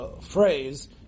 phrase